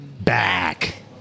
back